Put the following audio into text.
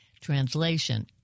Translation